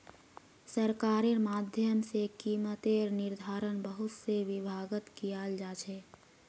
सरकारेर माध्यम से कीमतेर निर्धारण बहुत से विभागत कियाल जा छे